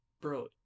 Bro